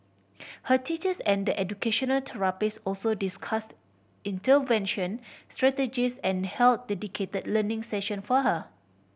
her teachers and the educational therapists also discussed intervention strategies and held dedicated learning session for her